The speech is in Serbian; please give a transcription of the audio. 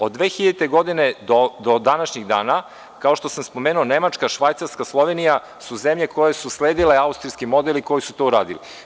Od 2000. godine do današnjeg dana, kao što sam spomenuo, Nemačka, Švajcarska, Slovenija su zemlje koje su sledile austrijski model i koje su to uradile.